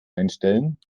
einstellen